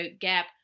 gap